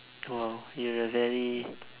oh you're a very